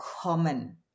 common